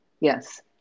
Yes